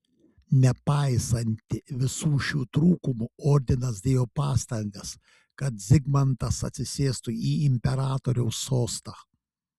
nepaisantį visų šių trūkumų ordinas dėjo pastangas kad zigmantas atsisėstų į imperatoriaus sostą